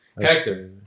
Hector